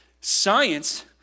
Science